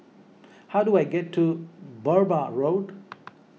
how do I get to Burmah Road